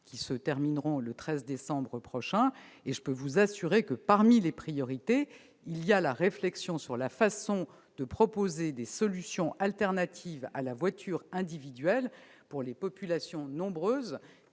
qui se termineront le 13 décembre prochain. Je peux vous assurer que l'une des priorités de ces assises est de proposer des solutions alternatives à la voiture individuelle pour les populations- nombreuses